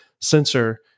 sensor